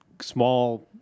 small